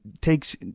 takes